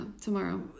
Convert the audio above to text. tomorrow